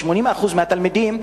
כ-80% מהתלמידים,